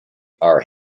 are